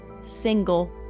single